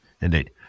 indeed